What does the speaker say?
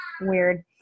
weird